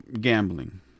gambling